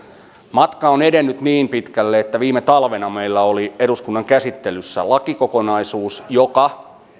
matka on edennyt niin pitkälle että viime talvena meillä oli eduskunnan käsittelyssä lakikokonaisuus joka